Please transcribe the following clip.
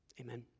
Amen